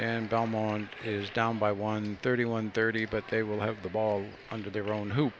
and belmont is down by one thirty one thirty but they will have the ball under their own ho